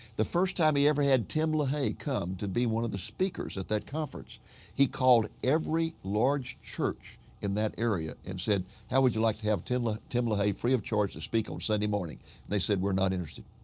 the first time he ever had tim lahaye come to be one of the speakers at that conference he called every large church in that area and said, how would like to have tim tim lahaye free of charge to speak on sunday morning? and they said, we are not interested.